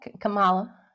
Kamala